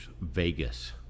vegas